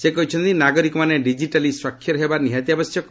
ସେ କହିଛନ୍ତି ନାଗରିକମାନେ ଡିକ୍କିଟାଲି ସ୍ୱାକ୍ଷର ହେବା ନିହାତି ଆବଶ୍ୟକ